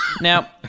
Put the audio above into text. Now